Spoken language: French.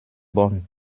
bornes